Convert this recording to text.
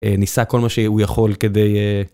ניסה כל מה שהוא יכול כדי.